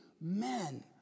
men